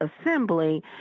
assembly